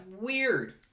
Weird